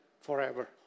forever